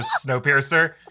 Snowpiercer